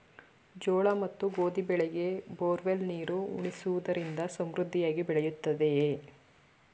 ಜೋಳ ಮತ್ತು ಗೋಧಿ ಬೆಳೆಗೆ ಬೋರ್ವೆಲ್ ನೀರು ಉಣಿಸುವುದರಿಂದ ಸಮೃದ್ಧಿಯಾಗಿ ಬೆಳೆಯುತ್ತದೆಯೇ?